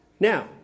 Now